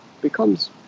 becomes